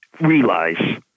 realize